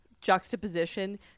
juxtaposition